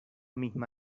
misma